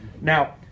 Now